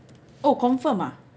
oh confirm ah